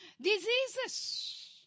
Diseases